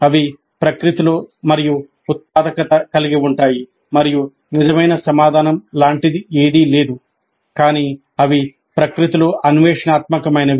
అవి ప్రకృతిలో మరింత ఉత్పాదకత కలిగివుంటాయి మరియు నిజమైన సమాధానం లాంటిది ఏదీ లేదు కానీ అవి ప్రకృతిలో అన్వేషణాత్మకమైనవి